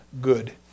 good